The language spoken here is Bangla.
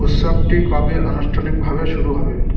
উৎসবটি কবে আনুষ্ঠানিকভাবে শুরু হবে